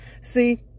see